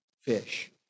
fish